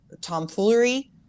tomfoolery